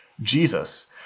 Jesus